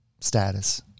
status